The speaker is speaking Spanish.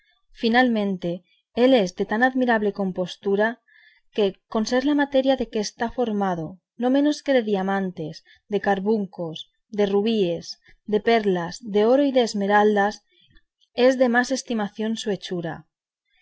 finalmente él es de tan admirable compostura que con ser la materia de que está formado no menos que de diamantes de carbuncos de rubíes de perlas de oro y de esmeraldas es de más estimación su hechura